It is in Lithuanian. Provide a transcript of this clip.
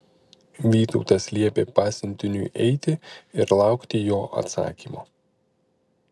vytautas liepė pasiuntiniui eiti ir laukti jo atsakymo